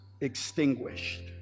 extinguished